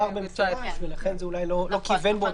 ל-2019 ולכן אולי זה לא כיוון באותה רמה.